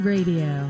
Radio